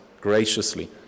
graciously